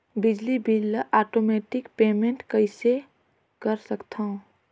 बिजली बिल ल automatic payment कइसे कर सकथव?